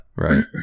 Right